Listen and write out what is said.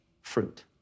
fruit